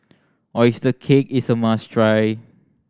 oyster cake is a must try